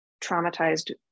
traumatized